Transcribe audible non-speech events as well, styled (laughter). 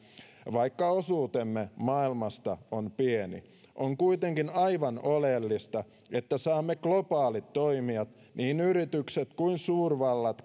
vaikka osuutemme maailmasta on pieni on kuitenkin aivan oleellista että saamme globaalit toimijat niin yritykset kuin suurvallat (unintelligible)